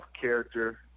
character